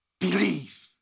Believe